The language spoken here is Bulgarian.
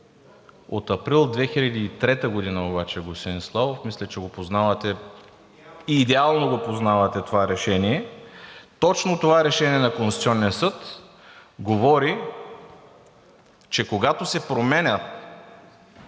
от април 2003 г. обаче, господин Славов. Мисля, че го познавате, идеално го познавате това решение. Точно това решение на Конституционния съд говори, че когато се променят